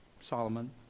Solomon